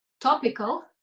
topical